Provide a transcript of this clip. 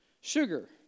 Sugar